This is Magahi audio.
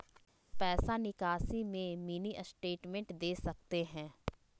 पैसा निकासी में मिनी स्टेटमेंट दे सकते हैं?